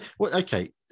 okay